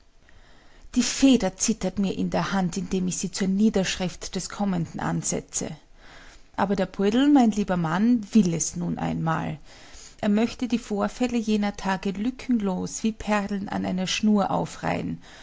die feder zittert mir in der hand indem ich sie zur niederschrift des kommenden ansetze aber der poldl mein lieber mann will es nun einmal er möchte die vorfälle jener tage lückenlos wie perlen an einer schnur aufreihen